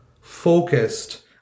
focused